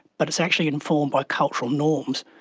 but it's actually informed by cultural norms.